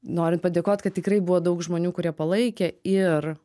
noriu padėkot kad tikrai buvo daug žmonių kurie palaikė ir